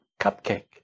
Cupcake